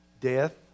Death